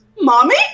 Mommy